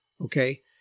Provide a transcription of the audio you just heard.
Okay